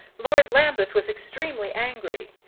lord lambeth was extremely angry,